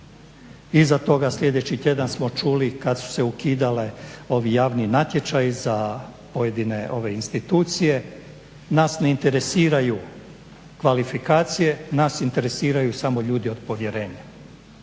Iza toga sljedeći tjedan smo čuli kada su se ukidali ovi javni natječaji za pojedine institucije, nas ne interesiraju kvalifikacije, nas interesiraju samo ljudi od povjerenja.